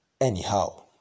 Anyhow